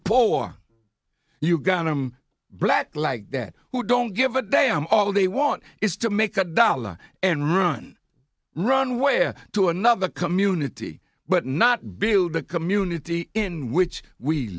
poor you got them black like that who don't give a damn all they want is to make a dollar and run runway to another community but not build the community in which we